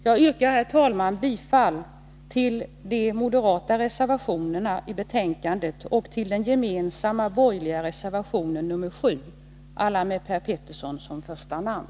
Jag yrkar, herr talman, bifall till de moderata reservationerna och till den gemensamma borgerliga reservationen 7, alla med Per Petersson som första namn.